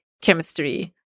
chemistry